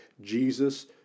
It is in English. Jesus